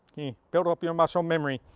build up your muscle memory.